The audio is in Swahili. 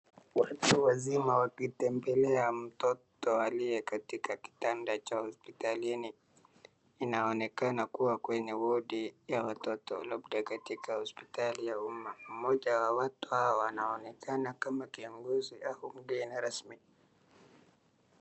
Watu wazima wakitembelea mtoto aliyekatika kitanda cha hospitalini. Inaonekana kuwa kwenye wodi ya watoto labda katika hospitali ya umma. Mmoja wa watu hawa anaonekana kama kiongozi au mgeni rasmi.